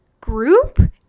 group